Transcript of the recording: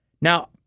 Now